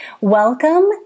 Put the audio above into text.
welcome